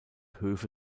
höfe